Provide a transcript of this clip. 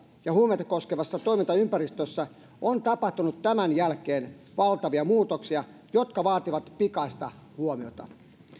ja huumeita koskevassa toimintaympäristössä on tapahtunut tämän jälkeen valtavia muutoksia jotka vaativat pikaista huomiota